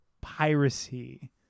piracy